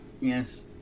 Yes